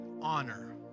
honor